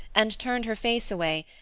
and turned her face away,